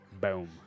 Boom